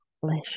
flesh